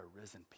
risen